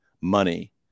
money